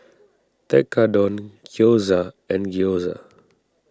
Tekkadon Gyoza and Gyoza